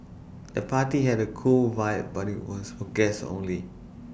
the party had A cool vibe but was for guests only